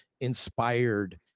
inspired